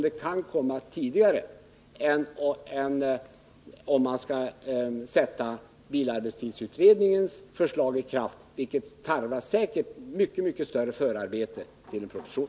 Det kan ju gå fortare än om man sätter bilarbetstidsutredningens förslag i kraft, vilket säkert tarvar mycket mer förarbete än en proposition.